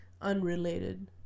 unrelated